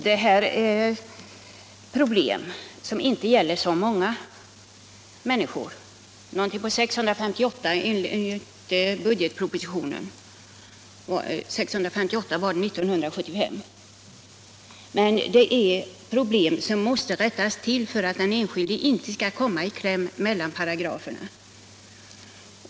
Herr talman! Detta är ett problem som inte gäller så många människor. Enligt budgetpropositionen var det 658 personer som berördes år 1975. Men det är fråga om ett förhållande som måste rättas till för att den enskilde inte skall komma i kläm mellan paragraferna.